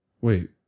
wait